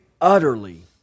utterly